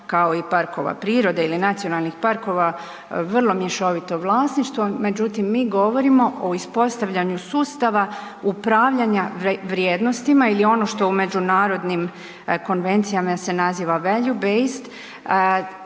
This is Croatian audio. kao i parkova prirode ili nacionalnih parkova, vrlo mješovito vlasništvo, međutim mi govorimo o uspostavljanju sustava upravljanja vrijednostima ili ono to u međunarodnim konvencijama se naziva "Value based"